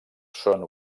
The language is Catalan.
són